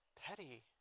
petty